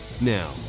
Now